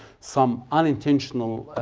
some unintentional